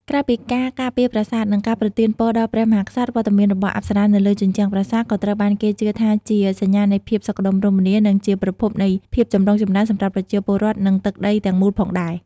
ក្រៅពីការការពារប្រាសាទ និងការប្រទានពរដល់ព្រះមហាក្សត្រ វត្តមានរបស់អប្សរានៅលើជញ្ជាំងប្រាសាទក៏ត្រូវបានគេជឿថាជា សញ្ញានៃភាពសុខដុមរមនា និងជាប្រភពនៃភាពចម្រុងចម្រើនសម្រាប់ប្រជាពលរដ្ឋ និងទឹកដីទាំងមូលផងដែរ។